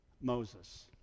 Moses